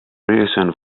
reason